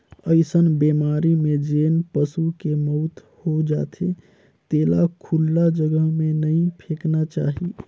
अइसन बेमारी में जेन पसू के मउत हो जाथे तेला खुल्ला जघा में नइ फेकना चाही